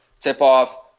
tip-off